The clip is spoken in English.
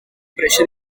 pressure